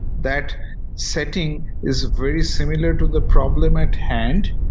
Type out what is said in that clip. that setting is very similar to the problem at hand.